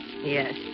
Yes